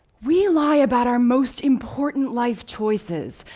we lie about our most important life choices,